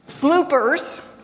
bloopers